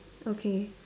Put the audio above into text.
okay